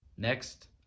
Next